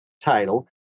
title